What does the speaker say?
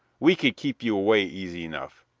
we could keep you away easy enough,